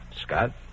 Scott